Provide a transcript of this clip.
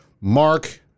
Mark